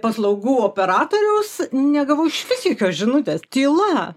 paslaugų operatoriaus negavau išvis jokios žinutės tyla